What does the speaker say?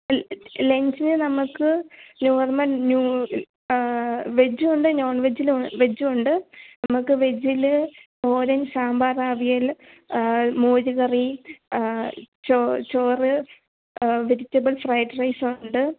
ൽ ലഞ്ചിന് നമുക്ക് നോർമൽ നൂ വെജും ഉണ്ട് നോൺ വെജിലും വെജും ഉണ്ട് നമുക്ക് വെജിൽ ഓലൻ സാമ്പാർ അവിയൽ മോര് കറി ചോ ചോറ് വെജിറ്റബിൾ ഫ്രൈഡ് റൈസ് ഉണ്ട്